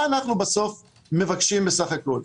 מה אנחנו מבקשים בסך הכול?